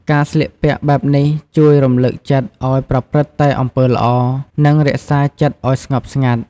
ការស្លៀកពាក់បែបនេះជួយរំលឹកចិត្តឱ្យប្រព្រឹត្តតែអំពើល្អ និងរក្សាចិត្តឱ្យស្ងប់ស្ងាត់។